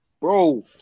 Bro